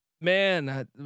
man